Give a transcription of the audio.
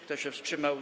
Kto się wstrzymał?